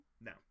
No